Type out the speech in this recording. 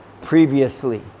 previously